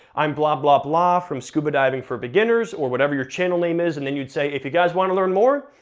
i'm blah, blah, blah, from scuba diving for beginners, or whatever your channel name is, and then you'd say if you guys wanna learn more,